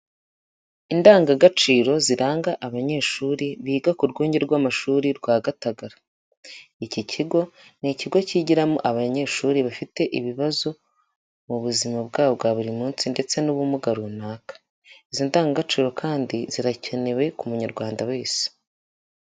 Indangagaciro ziranga abanyeshuri biga ku rwunge rw'amashuri rwa Gatagara. Iki kigo ni ikigo kigiramo abanyeshuri bafite ibibazo mu buzima bwabo bwa buri munsi ndetse n'ubumuga runaka. Izi ndangagaciro kandi zirakenewe ku munyarwanda wese.